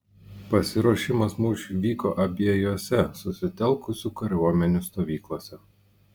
pasiruošimas mūšiui vyko abiejose susitelkusių kariuomenių stovyklose